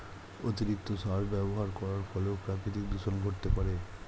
অতিরিক্ত সার ব্যবহার করার ফলেও প্রাকৃতিক দূষন ঘটতে পারে